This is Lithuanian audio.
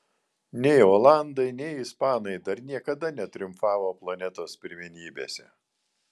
nei olandai nei ispanai dar niekada netriumfavo planetos pirmenybėse